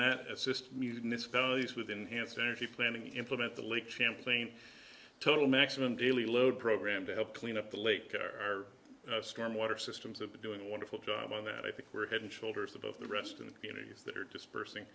that assist municipalities within hansen energy planning to implement the lake champlain total maximum daily load program to help clean up the lake our storm water systems have been doing a wonderful job on that i think we're head and shoulders above the rest of the communities that are dispersing